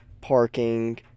parking